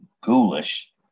ghoulish